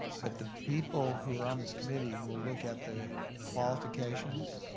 but the people who are on this committee will look at the qualifications